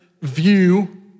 view